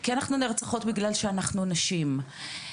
כי אנחנו נרצחות בגלל שאנחנו נשים.